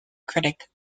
critic